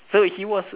so he was